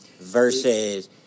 versus